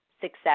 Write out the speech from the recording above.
success